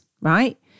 right